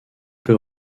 peu